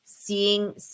seeing